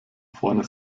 vorne